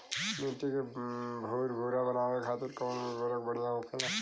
मिट्टी के भूरभूरा बनावे खातिर कवन उर्वरक भड़िया होखेला?